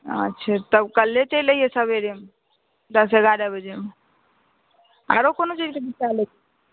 अच्छा तब कल्हे चलि अयहे सबेरे दस ग्यारह बजेमे आरो कोन चीजके बीच्चा लैके छै